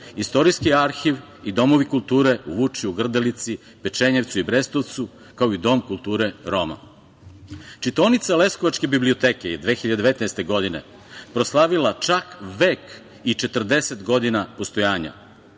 Istorijski arhiv i domovi kulture u Vučju, Grdelici, Pečenjevcu i Brestovcu, kao i Dom kulture Roma. Čitaonica leskovačke biblioteke je 2019. godine proslavila čak vek i 40 godina postojanja.